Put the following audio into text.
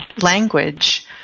language